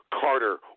Carter